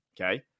okay